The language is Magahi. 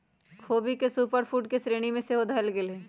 ख़ोबी के सुपर फूड के श्रेणी में सेहो धयल गेलइ ह